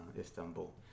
Istanbul